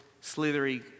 slithery